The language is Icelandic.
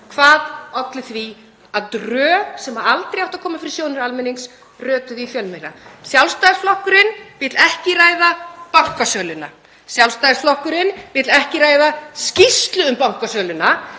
hvað olli því að drög sem aldrei áttu að koma fyrir sjónir almennings rötuðu í fjölmiðla. Sjálfstæðisflokkurinn vill ekki ræða bankasöluna. Sjálfstæðisflokkurinn vill ekki ræða skýrslu um bankasöluna.